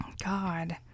God